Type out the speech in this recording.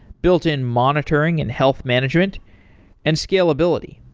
built-in monitoring and health management and scalability.